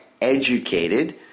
educated